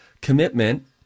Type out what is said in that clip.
commitment